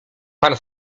pan